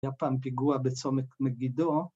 היה פעם פיגוע בצומת מגידו.